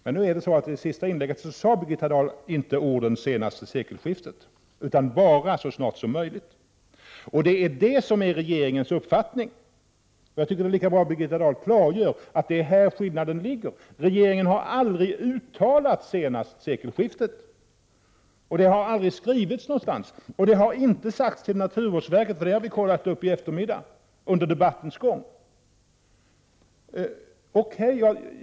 Men i det senaste inlägget sade hon inte sekelskiftet utan bara så snart som möjligt. Detta är ju regeringens uppfattning. Det är lika bra att Birgitta Dahl klargör att det är här skillnaden ligger. Regeringen har aldrig uttalat att det gäller senast vid sekelskiftet. Detta har aldrig skrivits någonstans, och det har inte sagts till naturvårdsverket — det har vi kollat under debattens gång i eftermiddag.